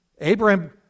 Abraham